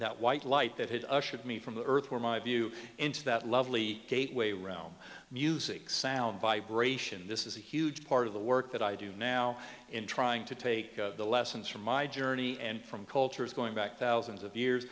that white light that had ushered me from the earth were my view into that lovely gateway realm music sound vibration this is a huge part of the work that i do now in trying to take the lessons from my journey and from cultures going back thousands of years